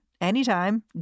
anytime